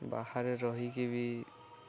ବାହାରେ ରହିକି ବି